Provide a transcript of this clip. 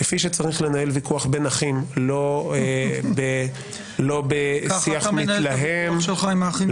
כפי שצריך לנהל ויכוח בין אחים -- ככה אתה מנהל ויכוח עם האחים שלך?